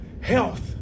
health